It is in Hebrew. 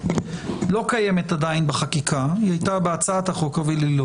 לא קיימת עדיין בחקיקה היא הייתה בהצעת החוק אבל היא לא